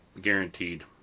Guaranteed